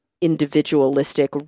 individualistic